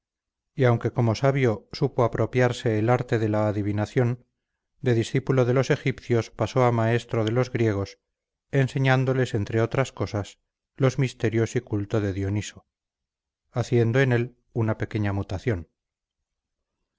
y aunque como sabio supo apropiarse el arte de la adivinación de discípulo de los egipcios pasó a maestro de los griegos enseñándoles entre otras cosas los misterios y culto de dioniso haciendo en él una pequeña mutación